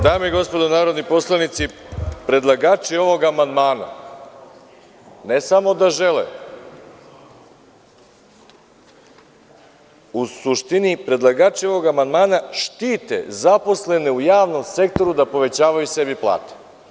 Dame i gospodo narodni poslanici, predlagači ovog amandmana ne samo da žele, u suštini predlagači ovog amandmana štite zaposlene u javnom sektoru da povećavaju sebi plate.